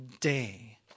day